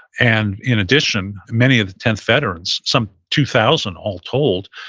and in addition, many of the tenth veterans, some two thousand all told,